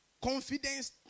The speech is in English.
Confidence